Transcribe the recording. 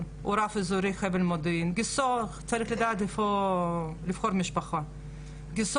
הוא ממשיך לגור איפה שהוא גר,